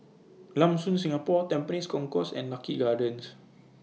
Lam Soon Singapore Tampines Concourse and Lucky Gardens